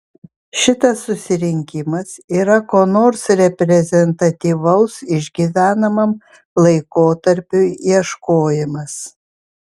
šitas susirinkimas yra ko nors reprezentatyvaus išgyvenamam laikotarpiui ieškojimas